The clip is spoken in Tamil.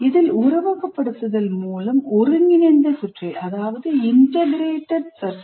இதில் உருவகப்படுத்துதல் மூலம் ஒருங்கிணைந்த சுற்றை அதாவது Integrated CircuitI